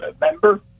member